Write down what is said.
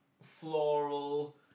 floral